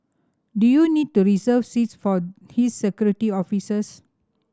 do you need to reserve seats for his Security Officers